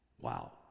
Wow